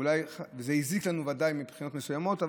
וזה ודאי הזיק לנו מבחינות מסוימות.